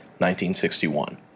1961